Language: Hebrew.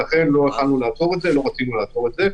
ולכן לא רצינו לעצור את זה.